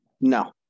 No